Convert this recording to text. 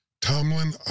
Tomlin